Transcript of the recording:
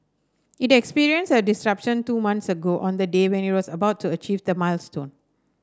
it experienced a disruption two months ago on the day when it was about to achieve the milestone